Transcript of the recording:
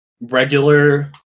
regular